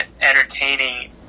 Entertaining